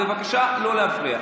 בבקשה, לא להפריע.